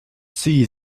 see